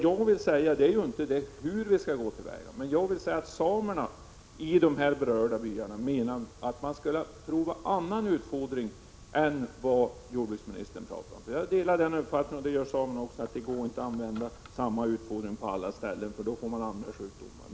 Jag vill inte för min del säga hur man skall gå till väga, men samerna i de berörda byarna har önskemålet att få utprova annan utfodring än den som jordbruksministern har talat om. Jag delar samernas uppfattning att det inte går att använda samma slag av utfodring på alla ställen, eftersom det då uppstår sjukdomar.